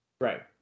Right